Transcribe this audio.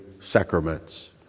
sacraments